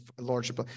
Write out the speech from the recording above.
lordship